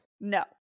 No